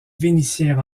vénitiens